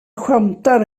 skämtar